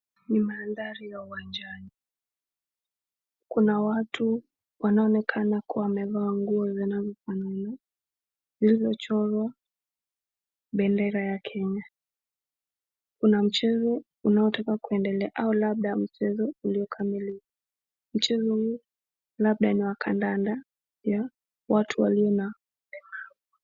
Ni mandhari ya uwanjani, kuna watu wanaonekanwamevaa nguo zinazofana, zilizochorwa, bendera ya Kenya, kunamchezo unaotaka kuendelea, au mchezo unaotaka kuendelea, mchezo huu labda ni wa kadanda, ya watu walio na ulemavu.